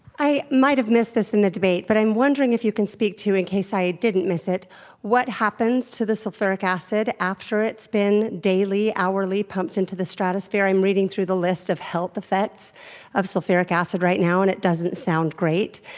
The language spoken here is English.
i might have missed this in the debate. but i'm wondering if you can speak to in case i didn't miss it what happens to the sulfuric acid after it's been daily, hourly pumped into the stratosphere? i'm reading through the list of health effects of sulfuric acid, right now. and it doesn't sound great.